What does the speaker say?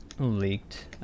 leaked